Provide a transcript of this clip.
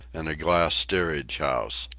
and a glass steerage-house.